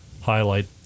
highlight